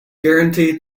guaranteed